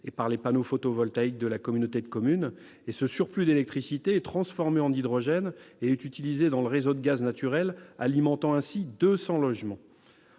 et par les panneaux photovoltaïques de la communauté de communes. Ce surplus d'électricité, transformé en hydrogène, est utilisé dans le réseau de gaz naturel, alimentant ainsi 200 logements.